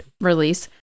release